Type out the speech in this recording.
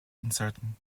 uncertain